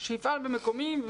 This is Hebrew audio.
ועדה שתפעל בשלטון המקומי?